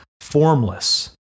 formless